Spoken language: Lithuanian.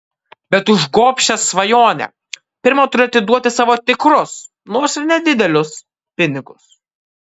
bet už gobšią svajonę pirma turi atiduoti savo tikrus nors ir nedidelius pinigus